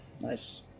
Nice